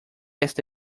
esta